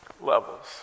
levels